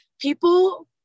People